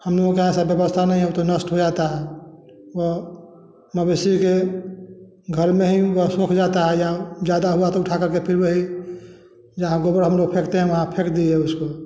हम लोग का ऐसा व्यवस्था नहीं है तो नष्ट हो जाता है वो मवेशी के घर में ही सूख जाता है या ज़्यादा हुआ तो उठा कर फिर वही जहाँ गोबर फेकतें है वहाँ फेंक दिये उसको